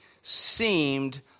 seemed